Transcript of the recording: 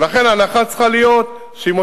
חס וחלילה.